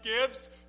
gives